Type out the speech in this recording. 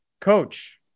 Coach